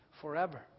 forever